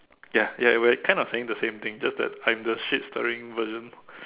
ya ya we cannot saying the same thing just that I'm the shit stirring version